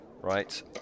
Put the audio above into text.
Right